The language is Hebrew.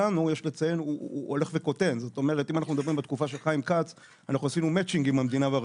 אם אנחנו מדברים על שנה שלמה, זה